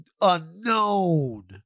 unknown